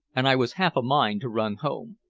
and i was half a mind to run home.